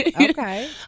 Okay